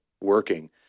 working